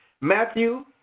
Matthew